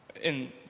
in,